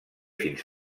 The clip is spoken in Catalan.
fins